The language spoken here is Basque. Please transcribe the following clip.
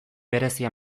berezia